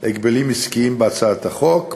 הגבלים עסקיים בהצעת החוק,